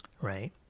right